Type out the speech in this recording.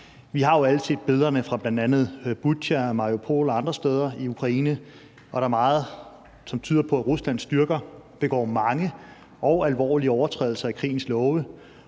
Vi har jo alle set billederne fra bl.a. Butja og Mariupol og andre steder i Ukraine, og der er meget, som tyder på, at Ruslands styrker begår mange og alvorlige overtrædelser af krigens love